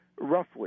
roughly